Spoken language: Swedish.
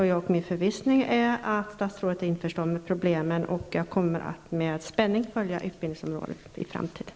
Det är min förvissning att statsrådet är införstådd med problemen. Jag kommer att med spänning följa utvecklingen på utbildningsområdet i framtiden.